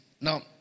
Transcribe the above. now